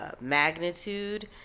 magnitude